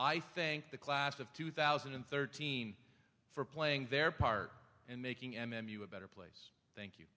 i think the class of two thousand and thirteen for playing their part and making m m u a better place thank you